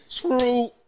true